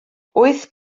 wyth